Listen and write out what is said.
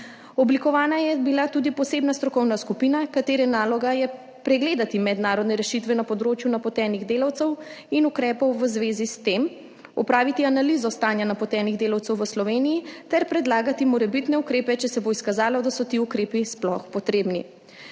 Oblikovana je bila tudi posebna strokovna skupina, katere naloga je pregledati mednarodne rešitve na področju napotenih delavcev in ukrepov v zvezi s tem, opraviti analizo stanja napotenih delavcev v Sloveniji ter predlagati morebitne ukrepe, če se bo izkazalo, da so ti ukrepi sploh potrebni.